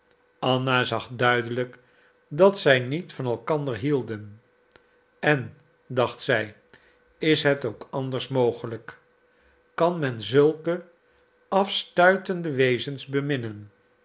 anna zag duidelijk dat zij niet van elkander hielden en dacht zij is het ook anders mogelijk kan men zulke afstuitende wezens